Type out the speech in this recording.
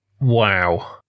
Wow